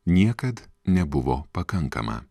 niekad nebuvo pakankama